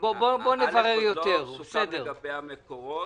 דבר ראשון, עוד לא סוכם לגבי המקורות.